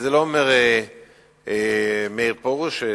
את זה לא אומר מאיר פרוש,